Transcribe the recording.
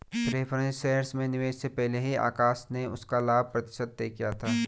preference shares में निवेश से पहले ही आकाश ने उसका लाभ प्रतिशत तय किया था